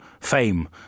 fame